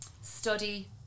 study